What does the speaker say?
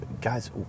guys